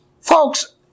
Folks